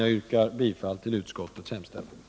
Jag yrkar bifall till utskottets hemställan.